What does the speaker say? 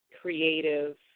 creative